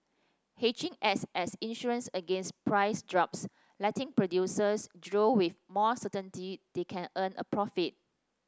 hedging acts as insurance against price drops letting producers drill with more certainty they can earn a profit